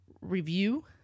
Review